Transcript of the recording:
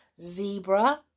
zebra